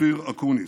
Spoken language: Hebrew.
אופיר אקוניס,